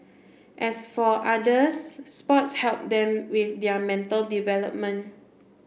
as for others sports help them with their mental development